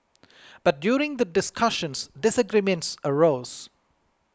but during the discussions disagreements arose